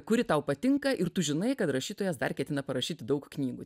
kuri tau patinka ir tu žinai kad rašytojas dar ketina parašyti daug knygų